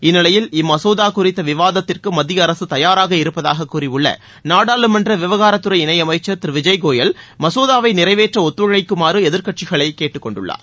இந்நிலையில் இம்மசோதா குறித்த விவாதத்திற்கு மத்திய அரசு தயாராக இருப்பதாக கூறியுள்ள நாடாளுமன்ற விவகாரத்துறை இணையமைச்சர் திரு விஜய் கோயல் மசோதாவை நிறைவேற்ற ஒத்துழைக்குமாறு எதிர்கட்சிகளை கேட்டுக்கொண்டுள்ளார்